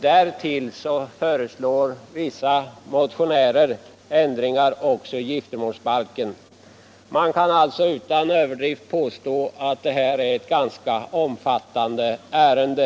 Därtill föreslår vissa motionärer ändringar också i giftermålsbalken. Man kan alltså utan överdrift påstå att detta är ett ganska omfattande ärende.